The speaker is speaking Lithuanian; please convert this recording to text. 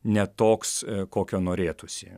ne toks kokio norėtųsi